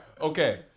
Okay